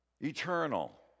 eternal